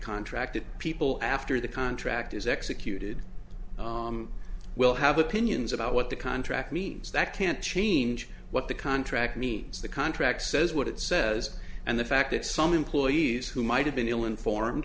contract that people after the contract is executed will have opinions about what the contract means that can't change what the contract means the contract says what it says and the fact that some employees who might have been ill informed